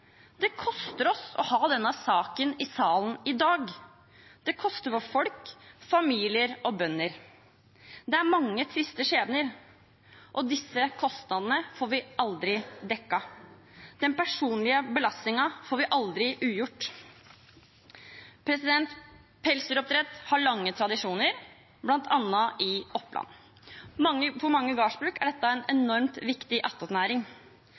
Det koster oss å ha denne saken i salen i dag. Det koster for folk, familier og bønder. Det er mange triste skjebner, og disse kostnadene får vi aldri dekket. Den personlige belastningen får vi aldri ugjort. Pelsdyroppdrett har lange tradisjoner, bl.a. i Oppland. For mange gårdsbruk er dette en enormt viktig